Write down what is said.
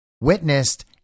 witnessed